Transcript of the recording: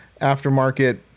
aftermarket